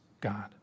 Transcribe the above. God